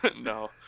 No